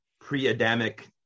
pre-Adamic